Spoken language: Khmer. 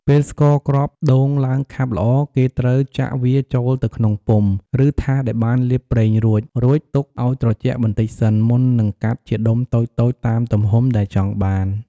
ពេលស្ករគ្រាប់ដូងឡើងខាប់ល្អ គេត្រូវចាក់វាចូលទៅក្នុងពុម្ព ឬថាសដែលបានលាបប្រេងរួច រួចទុកឲ្យត្រជាក់បន្តិចសិន មុននឹងកាត់ជាដុំតូចៗតាមទំហំដែលចង់បាន។